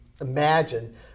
imagine